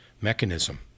mechanism